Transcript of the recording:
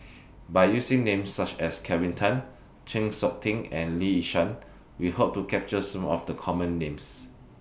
By using Names such as Kelvin Tan Chng Seok Tin and Lee Yi Shyan We Hope to capture Some of The Common Names